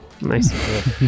nice